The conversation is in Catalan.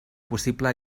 possible